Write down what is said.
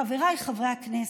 חבריי חברי הכנסת,